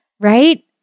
right